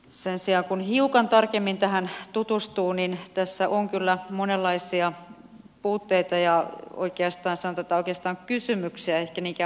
sen sijaan kun hiukan tarkemmin tähän tutustuu niin tässä on kyllä monenlaisia puutteita tai sanotaan että oikeastaan kysymyksiä ei ehkä niinkään puutteita vaan kysymyksiä